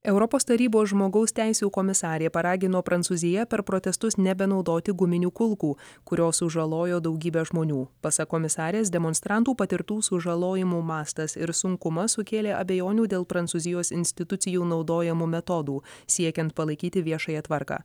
europos tarybos žmogaus teisių komisarė paragino prancūziją per protestus nebenaudoti guminių kulkų kurios sužalojo daugybę žmonių pasak komisarės demonstrantų patirtų sužalojimų mastas ir sunkumas sukėlė abejonių dėl prancūzijos institucijų naudojamų metodų siekiant palaikyti viešąją tvarką